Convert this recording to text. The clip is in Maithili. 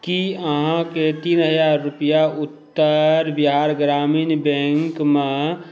कि अहाँ तीन हजार रुपैआ उत्तर बिहार ग्रामीण बैँकमे